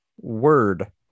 Word